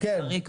לצערי,